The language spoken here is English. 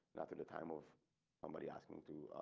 not at the time of somebody asking to